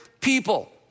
people